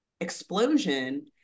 explosion